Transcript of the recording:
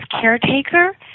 caretaker